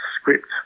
script